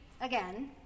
again